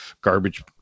garbage